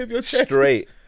Straight